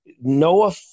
Noah